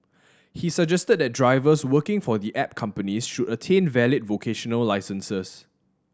he suggested that drivers working for the app companies should attain valid vocational licences